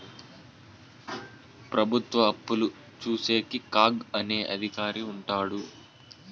ప్రభుత్వ అప్పులు చూసేకి కాగ్ అనే అధికారి ఉంటాడు